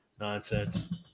nonsense